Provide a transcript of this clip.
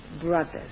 brothers